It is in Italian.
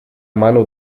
mano